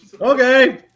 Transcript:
Okay